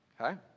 Okay